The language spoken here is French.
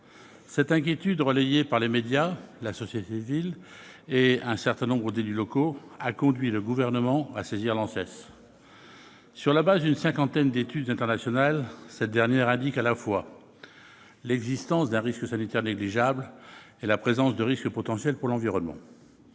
Cette inquiétude, relayée par les médias, la société civile et un certain nombre d'élus locaux, a conduit le Gouvernement à saisir l'ANSES. Sur la base d'une cinquantaine d'études internationales, cette dernière indique à la fois l'existence d'un risque sanitaire négligeable et la présence de risques potentiels pour l'environnement.